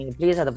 please